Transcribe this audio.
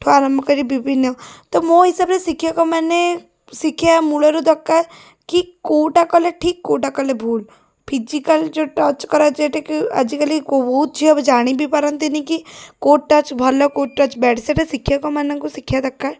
ଠୁ ଆରମ୍ଭ କରି ବିଭିନ୍ନ ତ ମୋ ହିସାବରେ ଶିକ୍ଷକମାନେ ଶିକ୍ଷା ମୂଳରୁ ଦରକାର କି କେଉଁଟା କଲେ ଠିକ୍ କି କେଉଁଟା କଲେ ଭୁଲ୍ ଫିଜିକାଲ୍ ଯେଉଁ ଟଚ୍ କରା ଯେଉଁଟାକି ଆଜିକାଲି କୋ ବହୁତ ଝିଅ ଜାଣି ବି ପାରନ୍ତିନି କି କେଉଁ ଟଚ୍ ଭଲ କେଉଁ ଟଚ୍ ବ୍ୟାଡ଼୍ ସେଇଟା ଶିକ୍ଷକମାନଙ୍କୁ ଶିଖେଇବା ଦରକାର